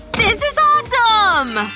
this is awesome!